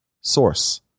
source